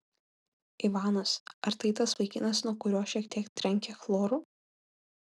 ivanas ar tai tas vaikinas nuo kurio šiek tiek trenkia chloru